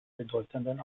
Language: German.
bedeutenden